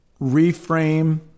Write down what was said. reframe